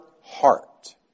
heart